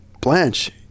Blanche